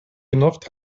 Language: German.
genervt